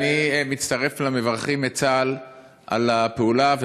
אני מצטרף למברכים את צה"ל על הפעולה,